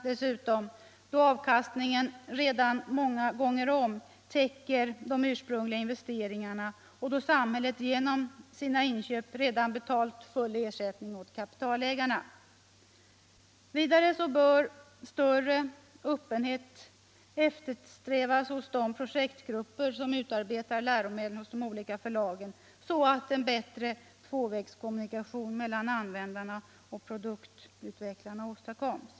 då avkastningen redan många gånger om täcker de ursprungliga inves teringarna och då samhället genom sina inköp betalat full ersättning åt Nr 102 kapitalägarna. Onsdagen den Vidare bör större öppenhet eftersträvas hos de projektgrupper som ut 7 april 1976 arbetar läromedel hos de olika förlagen så att en bättre tvåvägskommunikation mellan användarna och produktutvecklarna åstadkoms.